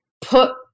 put